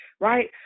right